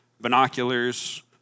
binoculars